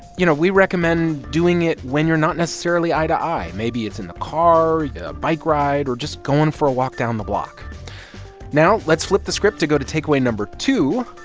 you know, we recommend doing it when you're not necessarily eye-to-eye. maybe it's in the car, a bike ride or just going for a walk down the block now let's flip the script to go to takeaway no. two.